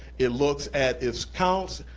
it looks at its counts,